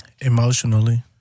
emotionally